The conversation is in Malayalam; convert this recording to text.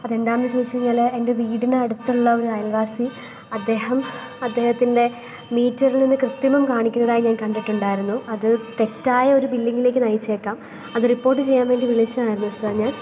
അതെന്താണെന്ന് ചോദിച്ചു കഴിഞ്ഞാൽ എന്റെ വീടിനു അടുത്തുള്ള ഒരു അയല്വാസി അദ്ദേഹം അദ്ദേഹത്തിന്റെ മീറ്ററിൽ നിന്ന് കൃത്രിമം കാണിക്കുന്നതായി ഞാന് കണ്ടിട്ടുണ്ടായിരുന്നു അത് തെറ്റായ ഒരു ബില്ലിംഗിലേക്കു നയിച്ചേക്കാം അതു റിപ്പോര്ട്ട് ചെയ്യാന് വേണ്ടി വിളിച്ചതായിരുന്നു സര് ഞാന്